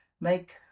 make